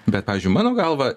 bet pavyzdžiui mano galva